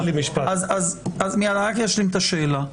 אז אני רק אשלים את השאלה.